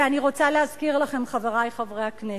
ואני רוצה להזכיר לכם, חברי חברי הכנסת,